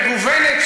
מגוונת,